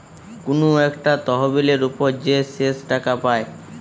কুনু একটা তহবিলের উপর যে শেষ টাকা পায়